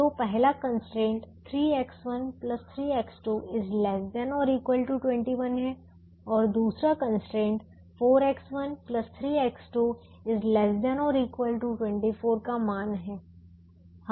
तो पहला constraint 3X1 3X2 ≤ 21 है और दूसरा कंस्ट्रेंट 4X1 3X2 ≤ 24 का मान है